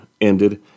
ended